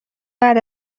بعد